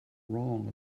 wrong